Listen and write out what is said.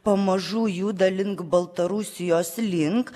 pamažu juda link baltarusijos link